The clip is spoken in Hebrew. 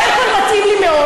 מירב, לא מתאים לך להתבטא כך.